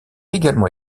également